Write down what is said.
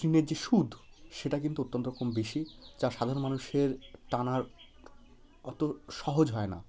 ঋণের যে সুদ সেটা কিন্তু অত্যন্ত রকম বেশি যা সাধারণ মানুষের টানার অতো সহজ হয় না